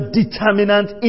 determinant